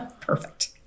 Perfect